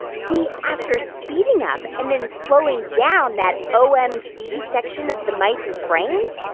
see. after speeding up and then slowing down that omc section of the mice's brains,